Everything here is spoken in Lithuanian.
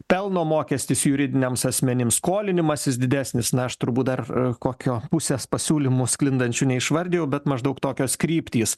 pelno mokestis juridiniams asmenims skolinimasis didesnis na aš turbūt dar kokio pusės pasiūlymų sklindančių neišvardijau bet maždaug tokios kryptys